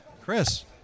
Chris